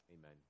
amen